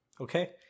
okay